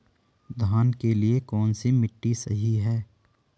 धान के लिए कौन सी मिट्टी सही है?